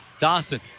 Dawson